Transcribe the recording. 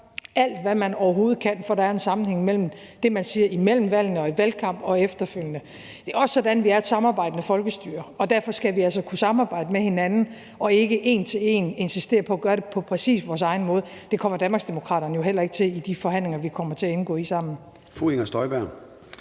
alt, hvad man overhovedet kan, for at der er en sammenhæng mellem det, man siger imellem valgene og i valgkamp, og det, man siger efterfølgende. Det er også sådan, at vi er et samarbejdende folkestyre, og derfor skal vi altså kunne samarbejde med hinanden og ikke en til en insistere på at gøre det på præcis vores egen måde. Det kommer Danmarksdemokraterne jo heller ikke til i de forhandlinger, vi kommer til at indgå i sammen.